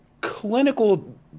clinical